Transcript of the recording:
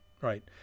right